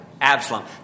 Absalom